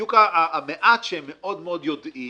בדיוק המעט שמאוד יודעים